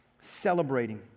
celebrating